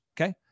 okay